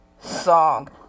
song